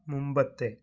മുമ്പത്തെ